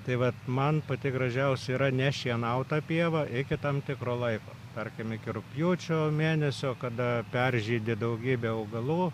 tai vat man pati gražiausia yra nešienauta pieva iki tam tikro laiko tarkim iki rugpjūčio mėnesio kada peržydi daugybė augalų